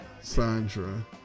Sandra